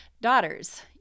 daughters